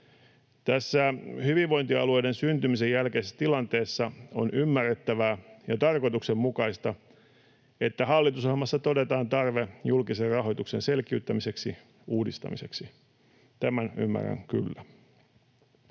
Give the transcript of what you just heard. Tässä hyvinvointialueiden syntymisen jälkeisessä tilanteessa on ymmärrettävää ja tarkoituksenmukaista, että hallitusohjelmassa todetaan tarve julkisen rahoituksen selkiyttämiseksi ja uudistamiseksi, tämän ymmärrän kyllä.